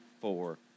four